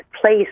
place